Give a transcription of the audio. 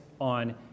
on